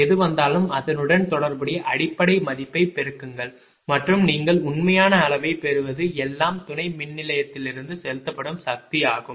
எது வந்தாலும் அதனுடன் தொடர்புடைய அடிப்படை மதிப்பைப் பெருக்குங்கள் மற்றும் நீங்கள் உண்மையான அளவைப் பெறுவது எல்லாம் துணை மின்நிலையத்திலிருந்து செலுத்தப்படும் சக்தியாகும்